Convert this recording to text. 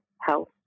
Health